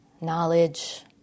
knowledge